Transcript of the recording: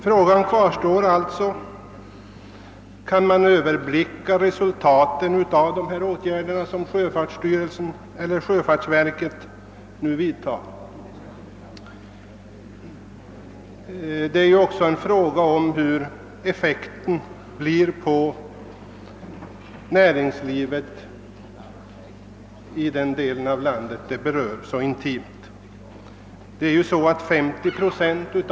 Frågan kvarstår alltså: Kan man överblicka resultaten av de åtgärder som sjöfartsverket nu vidtar? Det är också en fråga om vad effekten blir på näringslivet i den del av landet som berörs så intimt härav.